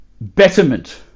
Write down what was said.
betterment